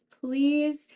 please